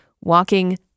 walking